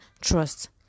trust